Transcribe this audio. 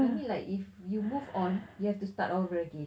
I mean like if you move on you have start all over again